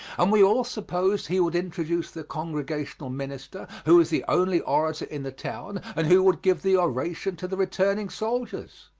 and we all supposed he would introduce the congregational minister, who was the only orator in the town, and who would give the oration to the returning soldiers.